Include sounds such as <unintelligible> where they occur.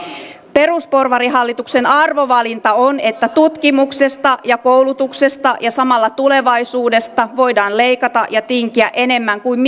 perusporvarihallituksen arvovalinta on että tutkimuksesta ja koulutuksesta ja samalla tulevaisuudesta voidaan leikata ja tinkiä enemmän kuin <unintelligible>